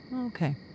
Okay